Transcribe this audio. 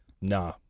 nah